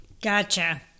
Gotcha